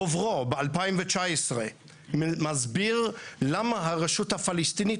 דוברו ב-2019 מסביר למה הרשות הפלסטינית